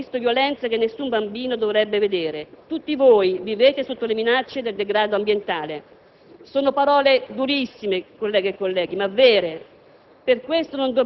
molti di voi hanno visto violenze che nessun bambino dovrebbe vedere. Tutti voi vivete sotto le minacce del degrado ambientale». Sono parole durissime, colleghe e colleghi, ma vere.